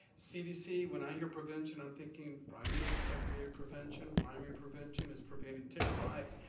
cdc, when i hear prevention, i'm thinking primary, secondary prevention. primary prevention is preventing tick bites.